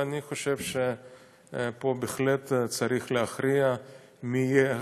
ואני חושב שפה בהחלט צריך להכריע מי יהיה האחראי,